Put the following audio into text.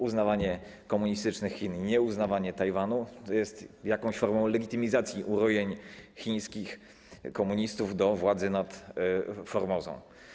Uznawanie komunistycznych Chin i nieuznawanie Tajwanu jest jakąś formą legitymizacji urojeń chińskich komunistów dotyczących władzy nad Formozą.